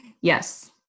Yes